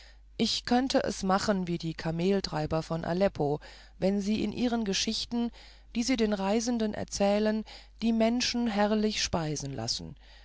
ich könnte es machen wie die kameltreiber von aleppo wenn sie in ihren geschichten die sie den reisenden erzählen die menschen herrlich speisen lassen